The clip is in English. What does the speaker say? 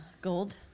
gold